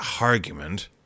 argument